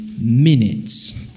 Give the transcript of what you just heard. minutes